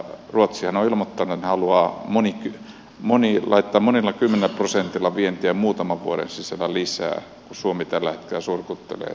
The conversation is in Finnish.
ruotsihan on ilmoittanut että he haluavat laittaa monilla kymmenillä prosenteilla vientiä muutaman vuoden sisällä lisää kun suomi tällä hetkellä surkuttelee että kun vienti vähenee